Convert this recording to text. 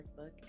workbook